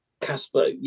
Castle